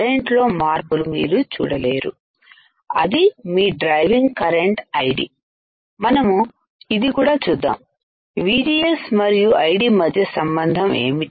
current లో మార్పులు మీరు చూడలేరు అది మీ డ్రైవింగ్ కరెంటు ఐడిID మనము ఇది కూడా చూద్దాము VGS మరియు ID మధ్య సంబంధం ఏమిటి